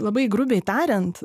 labai grubiai tariant